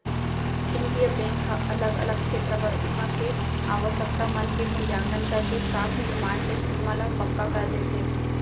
केंद्रीय बेंक ह अलग अलग छेत्र बर उहाँ के आवासकता मन के मुल्याकंन करके साख निरमान के सीमा ल पक्का कर देथे